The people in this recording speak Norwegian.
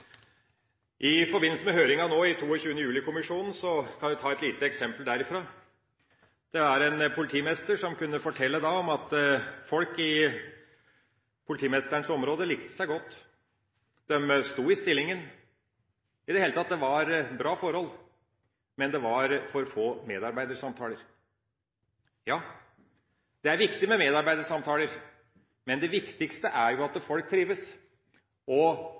I forbindelse med høringa etter 22. juli-kommisjonen nå kan jeg ta et lite eksempel: En politimester kunne fortelle at folk i politimesterens område likte seg godt, og de sto i stillinga. Det var i det hele tatt bra forhold, men det var for få medarbeidersamtaler. Ja, det er viktig med medarbeidersamtaler, men det viktigste er jo at folk trives. Derfor er det altså det som skal ha fokuset, og